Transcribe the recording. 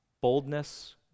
boldness